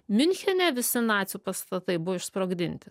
miunchene visi nacių pastatai buvo išsprogdinti